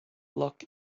locke